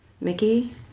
Mickey